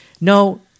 No